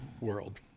world